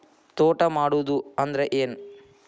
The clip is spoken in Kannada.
ತೋಟ ಮಾಡುದು ಅಂದ್ರ ಏನ್?